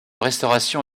restauration